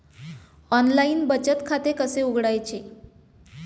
Online बचत खाते कसे उघडायचे?